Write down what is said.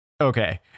Okay